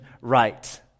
right